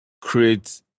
create